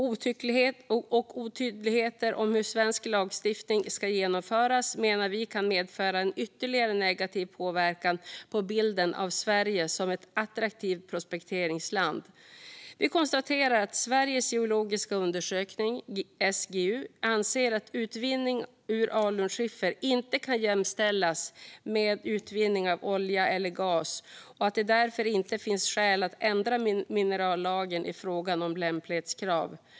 Otydligheter om hur svensk lagstiftning ska genomföras menar vi kan medföra en ytterligare negativ påverkan på bilden av Sverige som attraktivt prospekteringsland. Vi konstaterar att Sveriges geologiska undersökning, SGU, anser att utvinning ur alunskiffer inte kan jämställas med utvinning av olja eller gas och att det därför inte finns skäl att ändra minerallagen i fråga om lämplighetskrav.